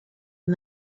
and